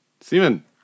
Simon